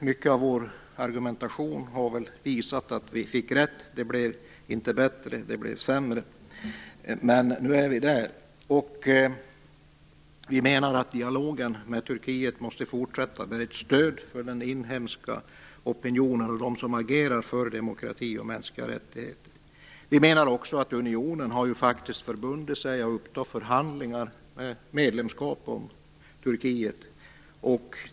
Mycket av argumentationen har visat att vi fick rätt - det blev inte bättre, utan sämre. Men nu är vi där, och vi i Vänsterpartiet menar att dialogen med Turkiet måste fortsätta. Den är ett stöd för den inhemska opinionen och för dem som agerar för demokrati och mänskliga rättigheter. Unionen har faktiskt förbundit sig att uppta förhandlingar om medlemskap med Turkiet.